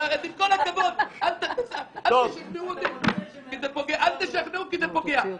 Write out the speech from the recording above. אל תשכנע כי זה פוגע.